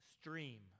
stream